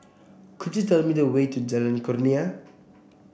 could you tell me the way to Jalan Kurnia